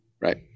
right